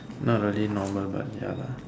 not really normal but ya lah